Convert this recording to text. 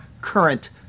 current